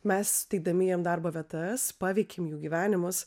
mes teikdami jiem darbo vietas paveikėm jų gyvenimus